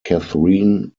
catherine